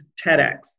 TEDx